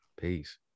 Peace